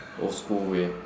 old school way